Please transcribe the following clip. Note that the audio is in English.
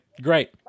great